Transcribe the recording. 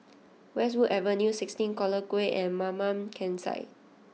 Westwood Avenue sixteen Collyer Quay and Mamam Campsite